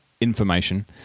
information